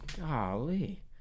golly